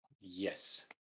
Yes